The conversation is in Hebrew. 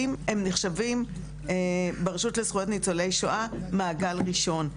הם נחשבים ברשות לזכויות ניצולי שואה מעגל ראשון.